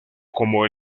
como